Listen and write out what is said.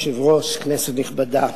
אדוני היושב-ראש, כנסת נכבדה,